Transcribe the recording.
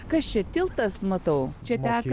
kas čia tiltas matau čia teka